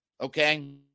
okay